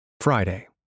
Friday